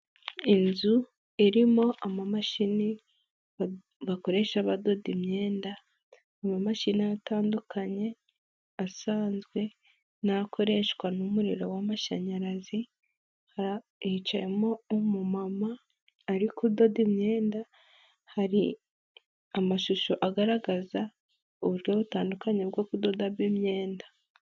Inzu irimo amamashini, bakoresha badoda imyenda, amamashini atandukanye, asanzwe n,akoreshwa n'umuriro w'amashanyarazi, hicayemo umumama, ari kudoda imyenda, hari amashusho agaragaza uburyo butandukanye bwo kudodamo imyenda.